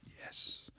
yes